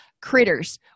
critters